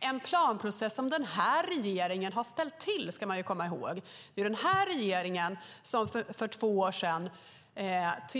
Det är en planprocess som den här regeringen har ställt till - det ska man komma ihåg. Det var den här regeringen som för två år sedan